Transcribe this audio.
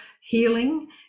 healing